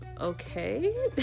okay